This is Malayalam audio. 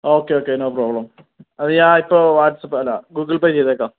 ഓക്കേ ഓക്കേ നോ പ്രോബ്ലം അത് ഞാനിപ്പോൾ വാട്സപ്പ് അല്ല ഗൂഗിൾ പേ ചെയ്തേക്കാം